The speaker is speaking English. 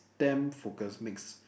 temp focus makes